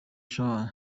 jean